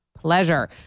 pleasure